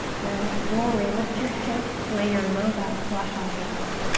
then slowly lift your hips, lay your low back flush on the earth.